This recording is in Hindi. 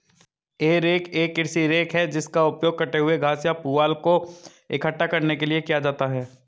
हे रेक एक कृषि रेक है जिसका उपयोग कटे हुए घास या पुआल को इकट्ठा करने के लिए किया जाता है